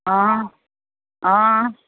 অঁ অঁ